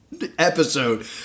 episode